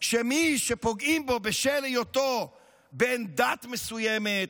שמי שפוגעים בו בשל היותו בן דת מסוימת,